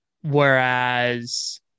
Whereas